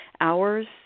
hours